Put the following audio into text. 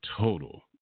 Total